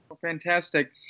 fantastic